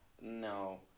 No